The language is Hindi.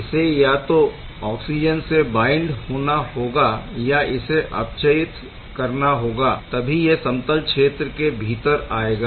इसे या तो ऑक्सिजन से बाइण्ड होना होगा या इसे अपचयित करना होगा तभी यह समतल क्षेत्र के भीतर आएगा